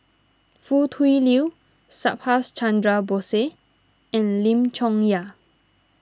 Foo Tui Liew Subhas Chandra Bose and Lim Chong Yah